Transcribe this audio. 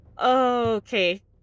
Okay